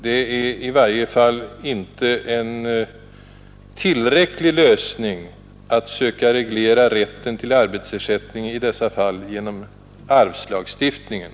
Det är i varje fall inte en tillräcklig lösning att söka reglera rätten till arbetsersättning i dessa fall genom arvslagstiftningen.